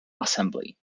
assembly